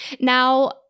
Now